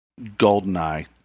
GoldenEye